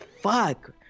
fuck